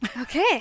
Okay